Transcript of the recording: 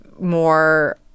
more